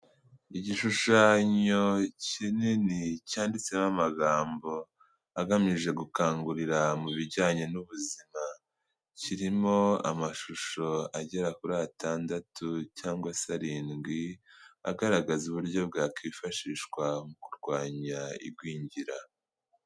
Igishushanyo kinini cyanditseho amagambo agamije gukangurira mu bijyanye n'ubuzima, kirimo amashusho agera kuri atandatu cyangwa se arindwi, agaragaza uburyo bwakifashishwa mu kurwanya igwingira.